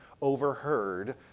overheard